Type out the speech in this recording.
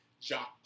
jock